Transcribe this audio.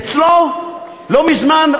אצלו לא מזמן,